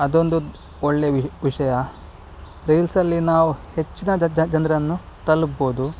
ಅದೊಂದು ಒಳ್ಳೆ ವಿಶ್ ವಿಷಯ ರೀಲ್ಸಲ್ಲಿ ನಾವು ಹೆಚ್ಚಿನ ಜನರನ್ನು ತಲುಪ್ಬೋದು